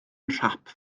nhrap